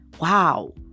Wow